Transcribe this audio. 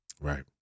right